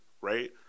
right